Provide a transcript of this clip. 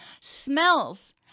Smells